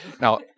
Now